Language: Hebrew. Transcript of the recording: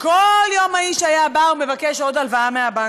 וכל יום האיש היה בא ומבקש עוד הלוואה מהבנק,